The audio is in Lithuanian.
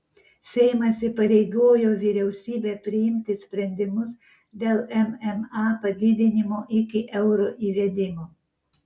seimas įpareigojo vyriausybę priimti sprendimus dėl mma padidinimo iki euro įvedimo